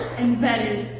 embedded